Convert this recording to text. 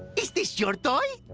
is this your toy?